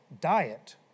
diet